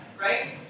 right